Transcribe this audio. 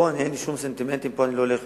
פה אין לי שום סנטימנטים, פה אני לא הולך